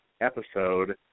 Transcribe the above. episode